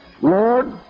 Lord